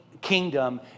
kingdom